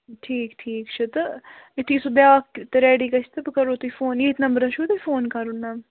ٹھیٖک ٹھیٖک چھُ تہٕ یِتھُے سُہ بیٛاکھ ریڈی گژھِ تہٕ بہٕ کَرہو تۄہہِ فون ییٚتھۍ نمبرَس چھُو تۄہہِ فون کَرُن میٚم